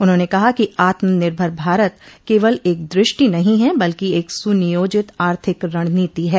उन्होंने कहा कि आत्मनिर्भर भारत केवल एक दृष्टि नहीं है बल्कि एक सुनियोजित आर्थिक रणनीति है